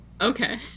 Okay